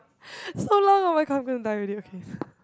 so long [oh]-my-god want to die already okay